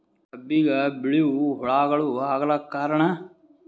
ಕಬ್ಬಿಗ ಬಿಳಿವು ಹುಳಾಗಳು ಆಗಲಕ್ಕ ಕಾರಣ?